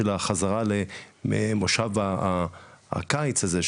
של החזרה למושב הקיץ הזה,